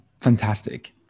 fantastic